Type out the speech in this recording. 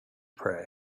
pray